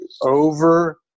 Over